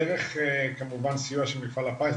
דרך כמובן סיוע של מפעל הפיס,